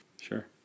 Sure